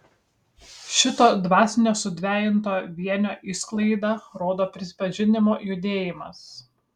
šito dvasinio sudvejinto vienio išsklaidą rodo pripažinimo judėjimas